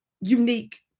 unique